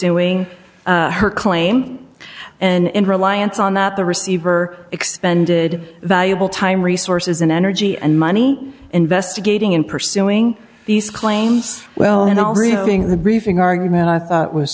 pursuing her claim and reliance on that the receiver expended valuable time resources and energy and money investigating in pursuing these claims well being the briefing argument i thought was